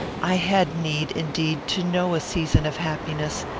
i had need, indeed, to know a season of happiness,